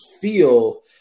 feel